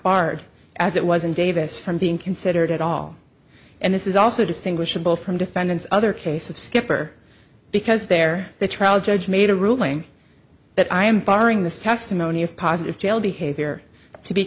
barred as it was in davis from being considered at all and this is also distinguishable from defendants other case of skipper because they're the trial judge made a ruling that i am barring this testimony of positive jail behavior to be